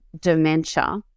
dementia